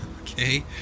Okay